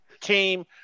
team